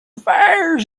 fires